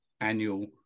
annual